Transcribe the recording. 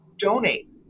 donate